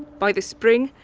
by the spring,